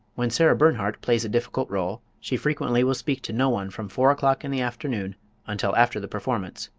when sarah bernhardt plays a difficult role she frequently will speak to no one from four o'clock in the afternoon until after the performance.